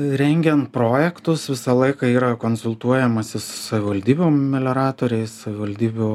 rengiant projektus visą laiką yra konsultuojamasi su savivaldybių melioratoriais savivaldybių